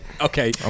Okay